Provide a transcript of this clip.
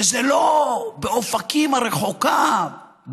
וזה לא באופקים הרחוקה,